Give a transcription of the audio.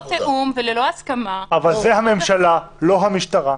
אבל זאת הממשלה, לא המשטרה,